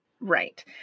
Right